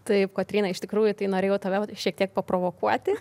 taip kotryna iš tikrųjų tai norėjau tave vat šiek tiek paprovokuoti